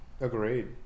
agreed